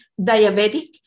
diabetic